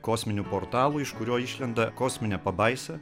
kosminiu portalu iš kurio išlenda kosminė pabaisa